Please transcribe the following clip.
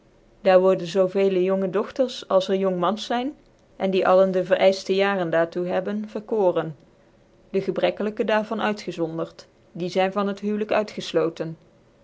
loting daarworden zoo veel jonge dogtcrs a s er longman s zyn en die alle de vciciltc laren daar toe hebben verkoren dc gebrekkelijkc daar van uirgezondert die zyu van het